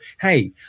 hey